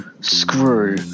screw